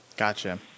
Gotcha